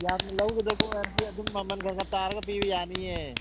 ꯌꯥꯝꯅ ꯂꯧꯒꯗꯕ ꯑꯣꯏꯔꯗꯤ ꯑꯗꯨꯝ ꯃꯃꯟ ꯈꯔ ꯈꯔ ꯇꯥꯔꯒ ꯄꯤꯕ ꯌꯥꯅꯤꯌꯦ